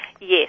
Yes